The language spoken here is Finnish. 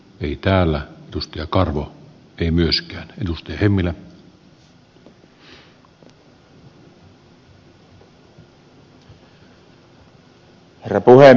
ei täällä tutkija kaarlo ei myöskään herra puhemies